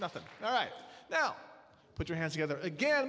nothing right now put your hands together again